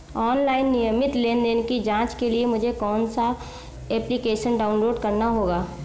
Online नियमित लेनदेन की जांच के लिए मुझे कौनसा एप्लिकेशन डाउनलोड करना होगा?